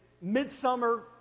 midsummer